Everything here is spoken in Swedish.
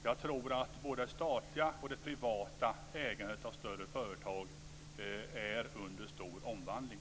Jag tror att både det statliga och det privata ägandet av större företag är under stor omvandling.